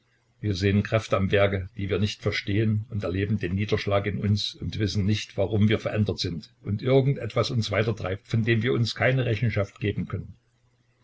wir sehen kräfte am werke die wir nicht verstehen und erleben den niederschlag in uns und wissen nicht warum wir verändert sind und irgend etwas uns weitertreibt von dem wir uns keine rechenschaft geben können